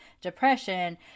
depression